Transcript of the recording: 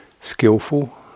skillful